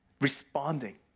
responding